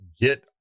get